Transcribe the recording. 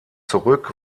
zurück